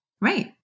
Right